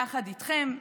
יחד איתכם,